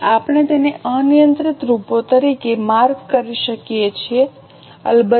તેથી આપણે તેને અનિયંત્રિત રૂપો તરીકે માર્ક કરી શકીએ છીએ